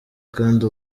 kandi